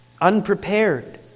unprepared